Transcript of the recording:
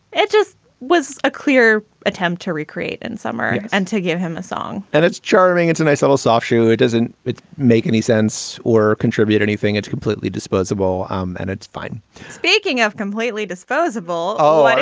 it just was a clear attempt to recreate in summer and to give him a song and it's charming. it's a nice little soft shoe. it doesn't make any sense or contribute anything. it's completely disposable um and it's fine speaking of completely disposable. oh,